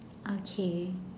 okay